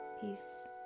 Peace